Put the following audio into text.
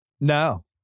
No